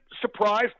surprised